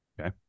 Okay